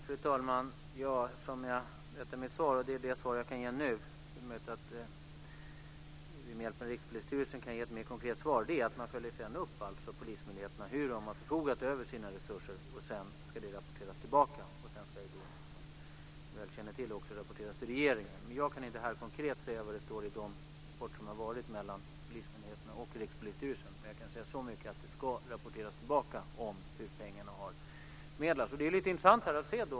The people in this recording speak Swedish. Fru talman! Som jag sade i mitt svar, vilket är det svar jag kan ge nu - det är möjligt att vi med hjälp av Rikspolisstyrelsen kan ge ett mer konkret svar - följer man upp hur polismyndigheterna har förfogat över sina resurser, och sedan ska det rapporteras tillbaka. Som ni säkert känner till ska det också rapporteras till regeringen. Jag kan inte här konkret säga vad det står i de rapporter som har lämnats mellan polismyndigheterna och Rikspolisstyrelsen. Men jag kan säga så mycket att det ska rapporteras tillbaka hur pengarna har förmedlats.